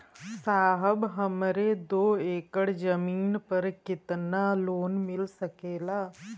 साहब हमरे दो एकड़ जमीन पर कितनालोन मिल सकेला?